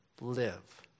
live